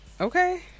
okay